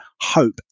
hope